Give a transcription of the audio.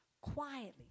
quietly